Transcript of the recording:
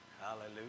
Hallelujah